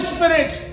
Spirit